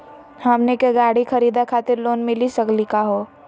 हमनी के गाड़ी खरीदै खातिर लोन मिली सकली का हो?